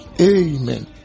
amen